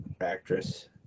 actress